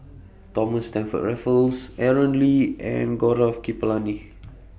Thomas Stamford Raffles Aaron Lee and Gaurav Kripalani